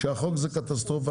שהחוק זה קטסטרופה,